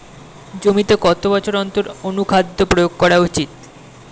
জমিতে কত বছর অন্তর অনুখাদ্য প্রয়োগ করা উচিৎ?